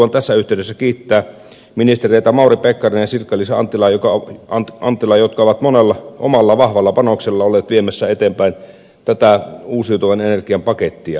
haluan tässä yhteydessä kiittää ministereitä mauri pekkarinen ja sirkka liisa anttila jotka ovat omalla vahvalla panoksellaan olleet viemässä eteenpäin tätä uusiutuvan energian pakettia